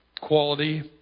quality